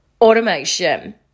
automation